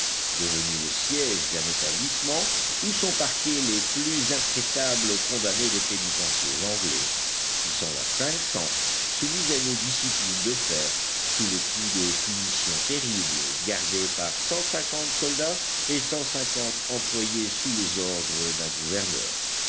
devenue le siège d'un établissement où sont parqués les plus intraitables condamnés des pénitenciers anglais ils sont là cinq cents soumis à une discipline de fer sous le coup de punitions terribles gardés par cent cinquante soldats et cent cinquante employés sous les ordres d'un gouverneur